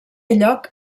lloc